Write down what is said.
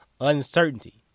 uncertainty